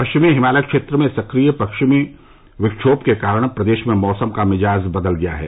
पश्चिमी हिमालय क्षेत्र में सक्रिय पश्चिमी विक्षोम के कारण प्रदेश में मौसम का मिजाज बदल गया है